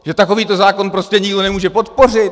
Že takovýto zákon prostě nikdo nemůže podpořit?